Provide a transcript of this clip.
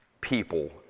people